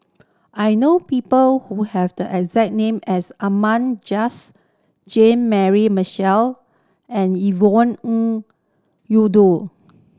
I know people who have the exact name as Ahmad Jais Jean Mary Marshall and Yvonne Ng